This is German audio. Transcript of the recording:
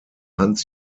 hans